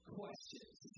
questions